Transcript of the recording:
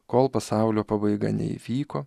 kol pasaulio pabaiga neįvyko